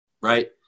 right